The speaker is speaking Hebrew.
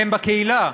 הם בקהילה,